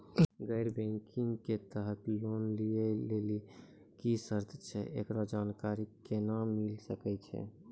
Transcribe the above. गैर बैंकिंग के तहत लोन लए लेली की सर्त छै, एकरो जानकारी केना मिले सकय छै?